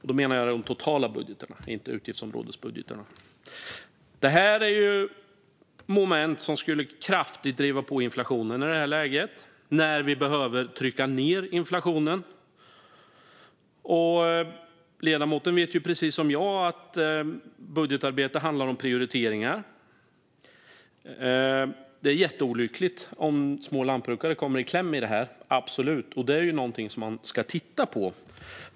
Då menar jag de totala budgetarna, inte utgiftsområdesbudgetarna. Det här är moment som skulle driva på inflationen kraftigt i ett läge när vi behöver trycka ned inflationen. Ledamoten vet ju precis som jag att budgetarbete handlar om prioriteringar. Det är jätteolyckligt om småbrukare kommer i kläm i det här, absolut, och det är något som man ska titta på.